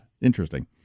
interesting